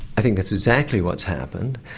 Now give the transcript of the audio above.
i think that's exactly what's happened.